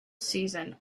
season